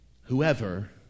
Whoever